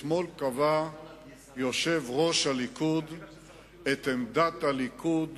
אתמול קבע יושב-ראש הליכוד את עמדת הליכוד